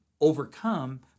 overcome